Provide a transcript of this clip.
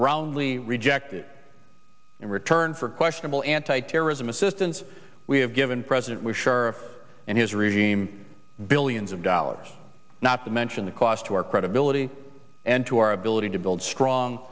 heard rejected in return for questionable anti terrorism assistance we have given president musharraf and his regime billions of dollars not to mention the cost to our credibility and to our ability to build strong